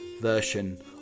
version